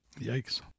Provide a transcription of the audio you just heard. Yikes